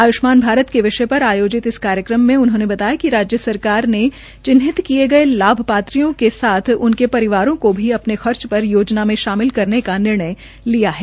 आयुष्मान भारत के विषय र आयोजित इस कार्यक्रम में उन्होंने बताया कि राज्य सरकार ने चिन्हित किये गये लाभ ात्रियों के साथ उनके रिवारों को अ ने भी अ ने खर्ज र योजना में शमिल करेन का निर्णय लिया है